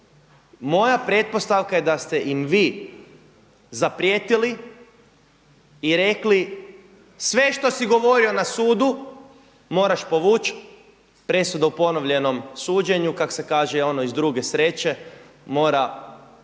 Moja pretpostavaka je da ste im vi zaprijetili i rekli sve što si govorio na sudu moraš povuć, presuda u ponovljenom suđenju kako se kaže ono iz druge sreće, mora pasti,